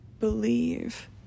believe